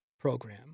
program